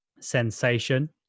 Sensation